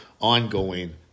ongoing